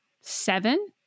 seven